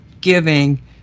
giving